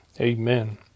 Amen